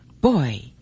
Boy